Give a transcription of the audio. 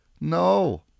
No